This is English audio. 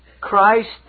Christ